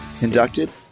inducted